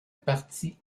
partie